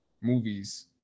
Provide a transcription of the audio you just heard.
movies